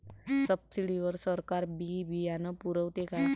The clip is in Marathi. सब्सिडी वर सरकार बी बियानं पुरवते का?